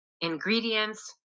ingredients